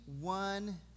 one